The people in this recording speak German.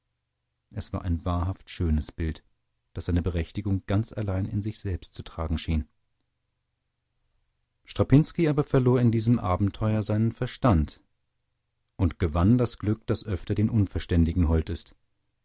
es war ein wahrhaft schönes bild das seine berechtigung ganz allein in sich selbst zu tragen schien strapinski aber verlor in diesem abenteuer seinen verstand und gewann das glück das öfter den unverständigen hold ist